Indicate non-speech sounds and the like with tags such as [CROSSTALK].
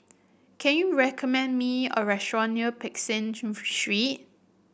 can you recommend me a restaurant near Peck [UNINTELLIGIBLE] Street